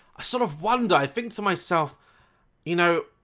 i sort of wonder, i think to myself you know.